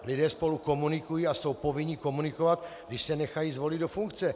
Lidé spolu komunikují a jsou povinni komunikovat, když se nechají zvolit do funkce.